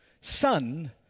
son